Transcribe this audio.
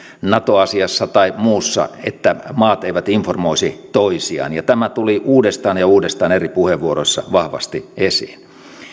nato asiassa tai muussa että maat eivät informoisi toisiaan ja tämä tuli uudestaan ja uudestaan eri puheenvuoroissa vahvasti esiin